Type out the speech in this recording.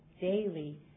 daily